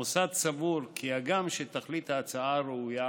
המוסד סבור כי הגם שתכלית ההצעה ראויה,